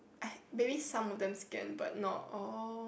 uh maybe some of them scan but not all